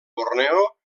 borneo